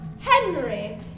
Henry